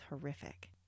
horrific